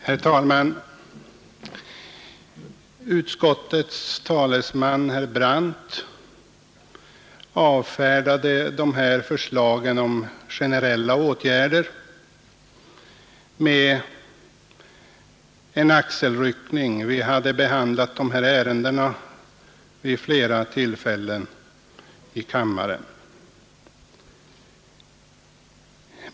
Herr talman! Utskottets talesman herr Brandt avfärdade förslagen om generella åtgärder med en axelryckning. Riksdagen hade behandlat de här ärendena vid flera tillfällen, sade han.